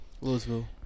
Louisville